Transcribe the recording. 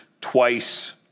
twice